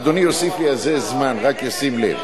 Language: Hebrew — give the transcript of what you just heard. אדוני יוסיף לי על זה זמן, רק ישים לב.